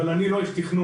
אבל אני לא איש תכנון.